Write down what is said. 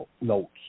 notes